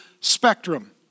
spectrum